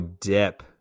dip